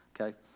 okay